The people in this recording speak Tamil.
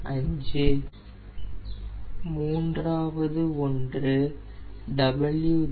985 மூன்றாவது ஒன்று W3W2